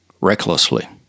recklessly